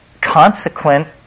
consequent